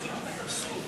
זה אבסורד.